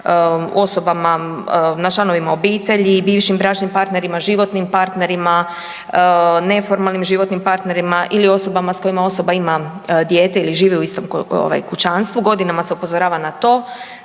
osobama, na članovima obitelji, bivšim bračnim partnerima, životnim partnerima, neformalnim životnim partnerima ili osobama s kojima osoba ima dijete ili žive u istom kućanstvu. Godinama se upozorava na to